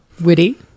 Witty